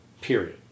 Period